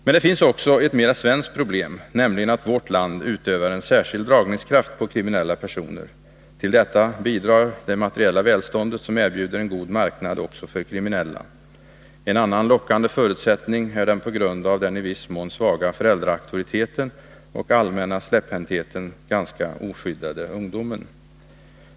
Men det finns också ett mera svenskt problem, nämligen att vårt land utövar en särskild dragningskraft på kriminella personer. Till detta bidrar det materiella välståndet, som erbjuder en god marknad också för kriminella. En annan lockande förutsättning är den, på grund av den i viss mån svaga föräldraauktoriteten och allmänna släpphäntheten, ganska oskyddade ungdomen.